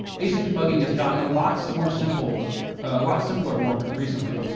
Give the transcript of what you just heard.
async debugging has gotten a lot more simple lot simpler more recently.